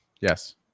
Yes